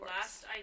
Last